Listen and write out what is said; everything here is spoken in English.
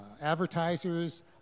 advertisers